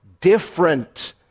different